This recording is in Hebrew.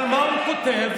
אבל מה הוא כותב?